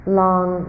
long